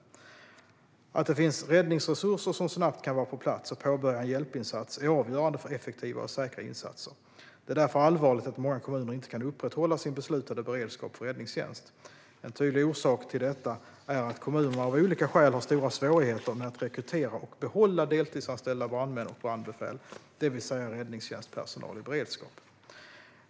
Att det finns räddningsresurser som snabbt kan vara på plats och påbörja en hjälpinsats är avgörande för effektiva och säkra insatser. Det är därför allvarligt att många kommuner inte kan upprätthålla sin beslutade beredskap för räddningstjänst. En tydlig orsak till detta är att kommunerna av olika skäl har stora svårigheter med att rekrytera och behålla deltidsanställda brandmän och brandbefäl, det vill säga räddningstjänstpersonal i beredskap.